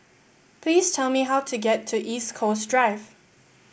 please tell me how to get to East Coast Drive